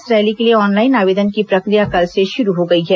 इस रैली के लिए ऑनलाइन आवेदन की प्रक्रिया कल से शुरू हो गई है